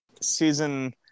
Season